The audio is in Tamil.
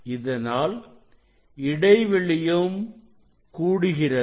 இதனால் இடைவெளியும் கூடுகிறது